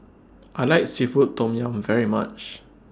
I like Seafood Tom Yum very much